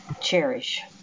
cherish